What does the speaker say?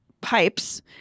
pipes